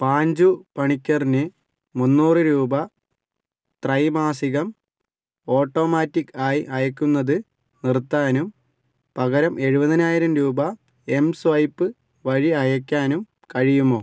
പാഞ്ചു പണിക്കറിന് മുന്നൂറ് രൂപ ത്രൈമാസികം ഓട്ടോമാറ്റിക്ക് ആയി അയക്കുന്നത് നിർത്താനും പകരം എഴുപതിനായിരം രൂപ എംസ്വൈപ്പ് വഴി അയക്കാനും കഴിയുമോ